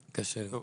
כמה